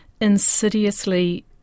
insidiously